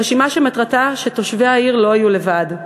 רשימה שמטרתה שתושבי העיר לא יהיו לבד.